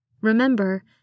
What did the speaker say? Remember